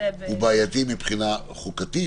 הוא בעייתי מבחינה חוקתית?